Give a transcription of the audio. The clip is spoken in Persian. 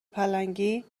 پلنگی